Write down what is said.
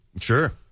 Sure